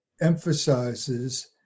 emphasizes